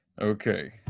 Okay